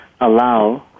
allow